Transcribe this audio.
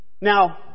Now